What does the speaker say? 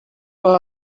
pas